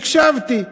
הקשבתי ושמעתי.